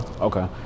okay